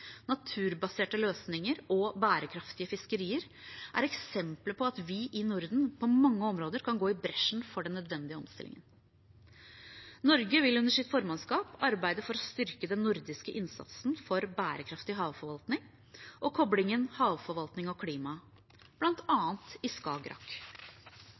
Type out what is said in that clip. naturbaserte løsninger og bærekraftige fiskerier er eksempler på at vi i Norden på mange områder kan gå i bresjen for den nødvendige omstillingen. Norge vil under sitt formannskap arbeide for å styrke den nordiske innsatsen for bærekraftig havforvaltning og koblingen havforvaltning og klima,